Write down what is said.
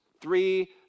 three